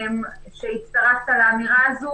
שהצטרפת לאמירה הזו,